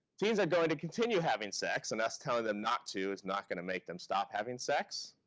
teens are going to continue having sex, and us telling them not to is not gonna make them stop having sex.